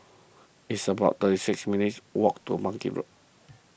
it's about thirty six minutes' walk to Bangkit Road